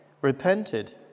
repented